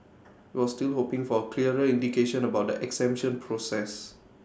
IT was still hoping for A clearer indication about the exemption process